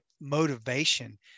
motivation